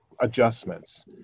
adjustments